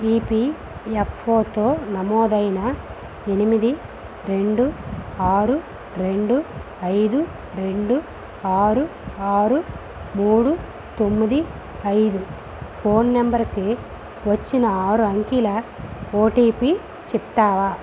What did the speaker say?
ఈపీఎఫ్ఓతో నమోదైన ఎనిమిది రెండు ఆరు రెండు ఐదు రెండు ఆరు ఆరు మూడు తొమ్మిది ఐదు ఫోన్ నంబరుకి వచ్చిన ఆరు అంకెల ఓటీపీ చెప్తావా